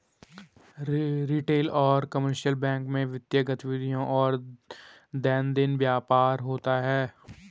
retail और commercial bank में वित्तीय गतिविधियों और दैनंदिन व्यापार होता है